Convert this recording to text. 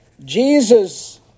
Jesus